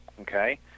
Okay